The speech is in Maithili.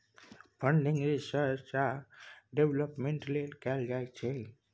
फंडिंग रिसर्च आ डेवलपमेंट लेल कएल जाइ छै